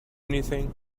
anything